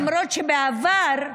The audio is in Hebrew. למרות שבעבר,